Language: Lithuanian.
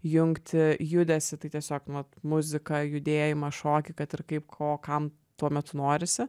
jungti judesį tai tiesiog nu vat muziką judėjimą šokį kad ir kaip ko kam tuomet norisi